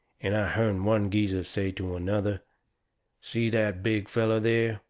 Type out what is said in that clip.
and i hearn one geezer say to another see that big feller there?